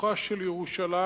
פיתוחה של ירושלים.